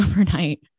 overnight